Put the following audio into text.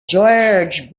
george